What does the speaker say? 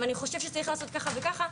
אבל אני חושב שצריך לעשות ככה וככה',